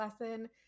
lesson